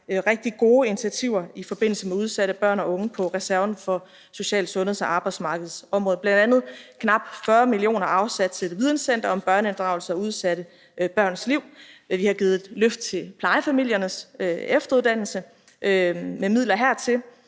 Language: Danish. rigtig gode initiativer i forbindelse med udsatte børn og unge, altså reserven til foranstaltninger på social-, sundheds- og arbejdsmarkedsområdet. Bl.a. er der afsat knap 40 mio. kr. til et videncenter om børneinddragelse og udsatte børns liv. Vi har givet et løft til plejefamiliernes efteruddannelse, altså med midler hertil.